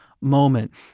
moment